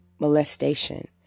molestation